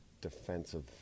defensive